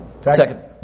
Second